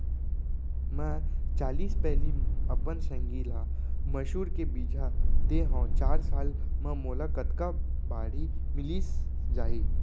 मैं चालीस पैली अपन संगी ल मसूर के बीजहा दे हव चार साल म मोला कतका बाड़ही मिलिस जाही?